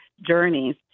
journeys